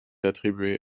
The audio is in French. attribuée